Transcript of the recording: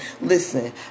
listen